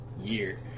year